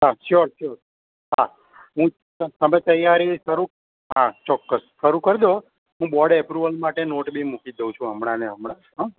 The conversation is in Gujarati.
હા સ્યોર સ્યોર હા હમ તમે તૈયારી શરૂ હાં ચોક્કસ શરુ કર દો હું બોર્ડ એપ્રુવલ માટે નોટ બી મૂકી દઉં છું હમણાં ને હમણાં હં